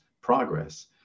progress